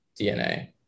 DNA